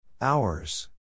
Hours